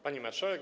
Pani Marszałek!